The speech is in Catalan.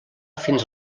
fins